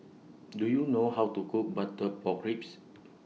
Do YOU know How to Cook Butter Pork Ribs